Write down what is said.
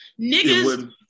niggas